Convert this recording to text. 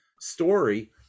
story